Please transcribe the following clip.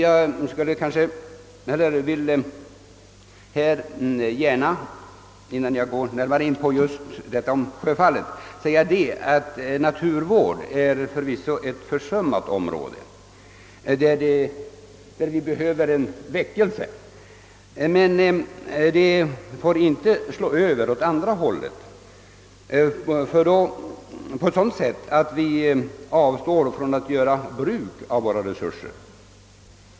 Innan jag närmare går in på frågan om Stora Sjöfallet vill jag gärna säga, att naturvården förvisso är ett försummat område; det behövs där en väckelse. Vi får dock inte slå över åt andra hållet på sådant sätt att vi avstår från att göra bruk av våra resurser.